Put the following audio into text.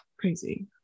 Crazy